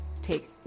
take